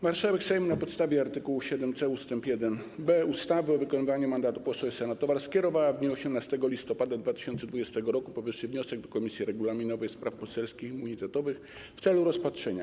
Marszałek Sejmu, na postawie art. 7c ust. 1b ustawy o wykonywaniu mandatu posła i senatora, skierowała w dniu 18 listopada 2020 r. powyższy wniosek do Komisji Regulaminowej, Spraw Poselskich i Immunitetowych w celu rozpatrzenia.